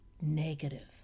negative